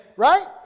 Right